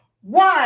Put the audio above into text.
one